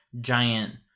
giant